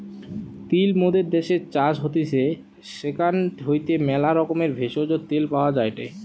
তিল মোদের দ্যাশের চাষ হতিছে সেখান হইতে ম্যালা রকমের ভেষজ, তেল পাওয়া যায়টে